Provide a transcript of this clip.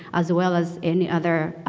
as well as any other,